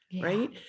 right